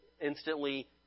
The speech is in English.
instantly